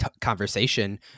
conversation